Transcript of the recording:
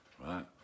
right